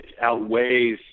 outweighs